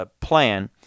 plan